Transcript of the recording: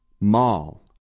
Mall